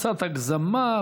קצת הגזמה.